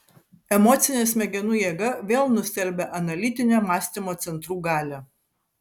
emocinė smegenų jėga vėl nustelbia analitinę mąstymo centrų galią